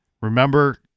Remember